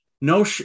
No